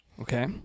Okay